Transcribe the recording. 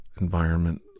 environment